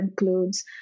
includes